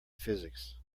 physics